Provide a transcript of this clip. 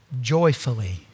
Joyfully